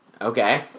Okay